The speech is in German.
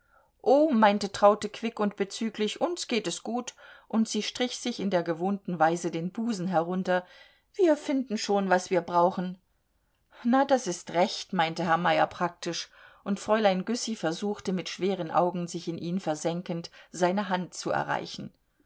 oh meinte traute quick und bezüglich uns geht es gut und sie strich sich in der gewohnten weise den busen herunter wir finden schon was wir brauchen na das ist recht meinte herr meyer praktisch und fräulein güssy versuchte mit schweren augen sich in ihn versenkend seine hand zu erreichen